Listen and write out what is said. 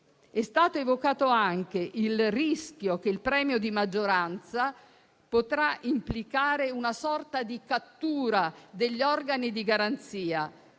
È stato evocato anche il rischio che il premio di maggioranza possa implicare una sorta di cattura degli organi di garanzia.